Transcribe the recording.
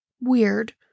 weird